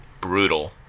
brutal